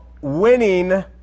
winning